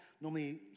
normally